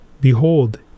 Behold